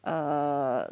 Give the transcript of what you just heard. uh